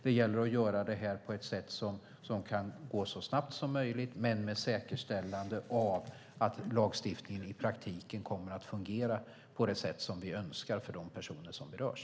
Det gäller att göra det på ett sätt som kan gå så snabbt som möjligt men med säkerställande av att lagstiftningen i praktiken kommer att fungera på det sätt som vi önskar för de personer som berörs.